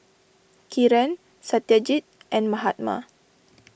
Kiran Satyajit and Mahatma